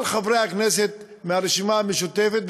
כל חברי הכנסת מהרשימה המשותפת,